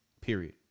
Period